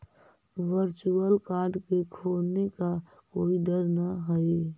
virtual card के खोने का कोई डर न हई